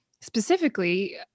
specifically